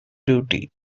duty